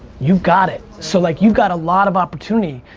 you got it. so like you got a lot of opportunity.